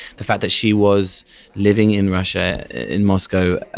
the fact that she was living in russia, in moscow,